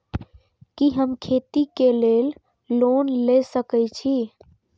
कि हम खेती के लिऐ लोन ले सके छी?